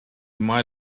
might